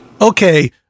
Okay